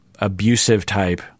abusive-type